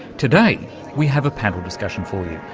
today we have a panel discussion for you,